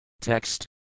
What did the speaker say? Text